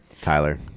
Tyler